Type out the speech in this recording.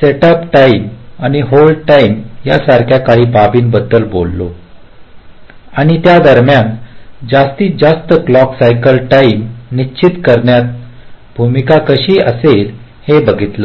setup time आणि hold time यासारख्या काही बाबींबद्दल बोललो आणि त्या दरम्यान जास्तीत जास्त क्लॉक सायकल टाईम निश्चित करण्यात त्यांची भूमिका कशी असेल हे बघितला